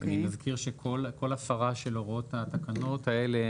אני מזכיר שכל הפרה של הוראות התקנות האלה,